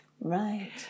right